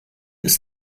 ist